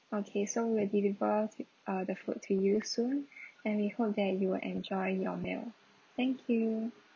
okay so we'll deliver to uh the food to you soon and we hope that you will enjoy your meal thank you